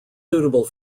suitable